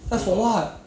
then for what